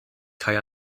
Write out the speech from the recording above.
kai